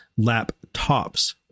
laptops